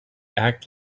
act